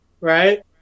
right